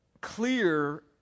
clear